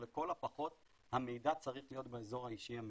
אבל לכל הפחות המידע צריך להיות באזור האישי המרכזי.